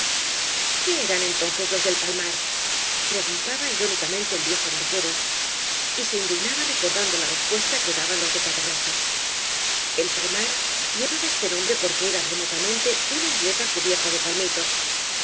qué eran entonces los del palmar preguntaba irónicamente el viejo barquero y se indignaba recordando la respuesta que daban los de catarroja ei palmar llevaba este nombre porque era remotamente una isleta cubierta de palmitos eq